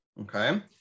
okay